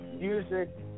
music